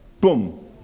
boom